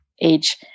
age